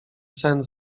sen